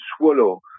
swallow